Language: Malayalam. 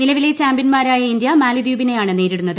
നിലവിലെ ചാമ്പ്യൻമാരായ ഇന്ത്യ മാലിദ്വീപിനെയാണ് നേരിടുന്നത്